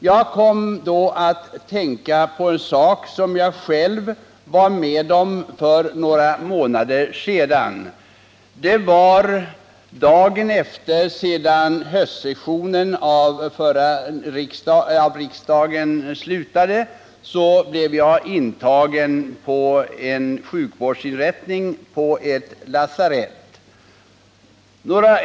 Jag kom då att tänka på en sak som jag själv var med om för några månader sedan. Dagen efter höstsessionens slut blev jag intagen på ett lasarett.